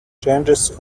challenges